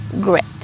grit